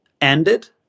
ended